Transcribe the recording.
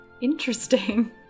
Interesting